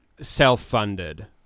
self-funded